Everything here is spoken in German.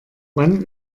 wann